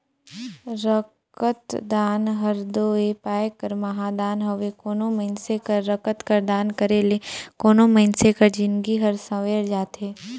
रकतदान हर दो ए पाए कर महादान हवे कोनो मइनसे कर रकत कर दान करे ले कोनो मइनसे कर जिनगी हर संवेर जाथे